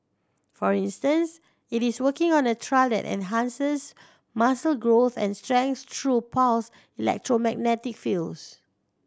for instance it is working on a trial that enhances muscle growth and strength through pulsed electromagnetic fields